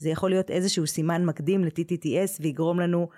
זה יכול להיות איזשהו סימן מקדים ל-TTTS ויגרום לנו...